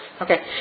okay